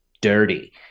dirty